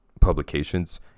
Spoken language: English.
publications